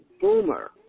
boomer